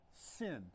sinned